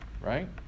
right